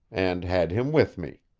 and had him with me.